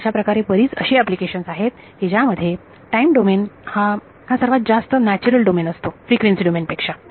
अशाप्रकारे बरीच अशी एप्लीकेशन आहेत की ज्यामध्ये टाईम डोमेन हा हा सर्वात जास्त नॅचरल डोमेन असतो फ्रिक्वेन्सी डोमेन पेक्षा